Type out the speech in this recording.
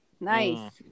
Nice